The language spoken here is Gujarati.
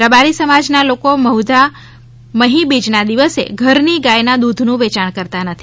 રબારી સમાજના લોકો બહ્ધા મહી બીજના દિવસે ઘરની ગાયના દૂધનું વેચાણ કરતાં નથી